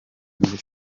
muri